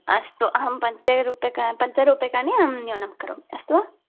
अस्तु अहं पञ्चरूप्यकं पञ्चरूप्यकाणि अहं न्यूनं करोमि अस्तु वा